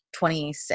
26